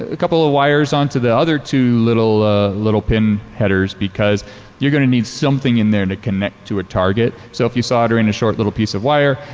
ah couple of wires on to the other two little little pin headers because you're going to need something in there to connect to a target. so if you soldier and a short little piece of wire,